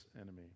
enemy